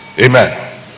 Amen